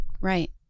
Right